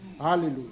Hallelujah